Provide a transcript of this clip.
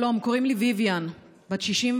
שלום, קוראים לי ויויאן, בת 65,